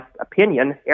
opinion